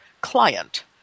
client